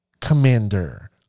Commander